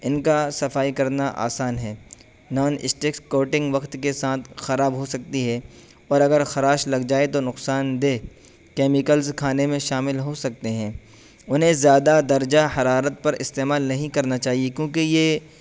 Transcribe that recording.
ان کا صفائی کرنا آسان ہے نان اسٹیکس کاٹنگ وقت کے ساتھ خراب ہو سکتی ہے اور اگر خراش لگ جائے تو نقصان دہ کیمیکلز کھانے میں شامل ہو سکتے ہیں انہیں زیادہ درجہ حرارت پر استعمال نہیں کرنا چاہیے کیونکہ یہ